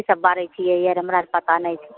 की सब आर बारै छियै हमरा आर पता नहि छै